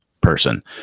person